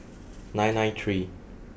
nine nine three